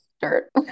dirt